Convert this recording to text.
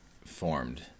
formed